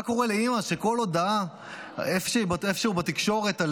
מה קורה לאימא שכל הודעה איפשהו בתקשורת על